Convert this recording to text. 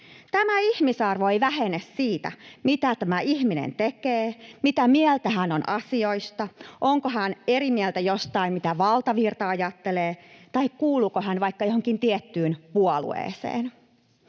Tämä ihmisarvo ei vähene siitä, mitä ihminen tekee, mitä mieltä hän on asioista, onko hän eri mieltä joistain kuin mitä valtavirta ajattelee tai kuuluuko hän vaikka johonkin tiettyyn puolueeseen.